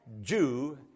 Jew